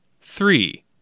Three